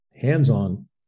hands-on